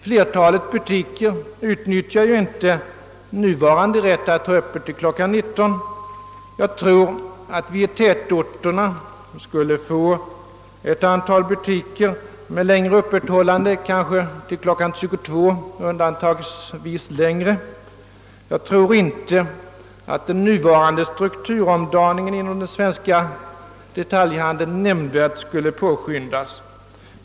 Flertalet butiker utnyttjar ju inte den nuvarande rätten att ha öppet till kl. 19. Jag tror att vi i tätorterna skulle få ett antal butiker med längre öppethållande, kanske till kl. 22 och undantagsvis längre, men jag tror inte att den nuvarande strukturomdaningen inom den svenska detaljhandeln nämnvärt skulle påskyndas.